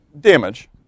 damage